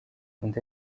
undi